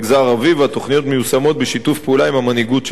והתוכניות מיושמות בשיתוף פעולה עם המנהיגות של המגזר.